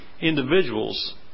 individuals